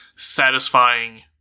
Satisfying